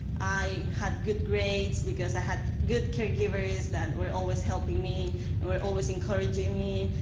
i had good grades, because i had good caregivers that were always helping me and were always encouraging me.